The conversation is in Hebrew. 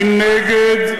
אני נגד,